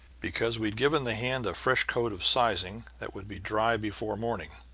because we'd given the hand a fresh coat of sizing that would be dry before morning.